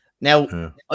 Now